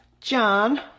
John